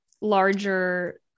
larger